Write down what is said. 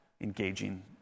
engaging